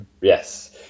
yes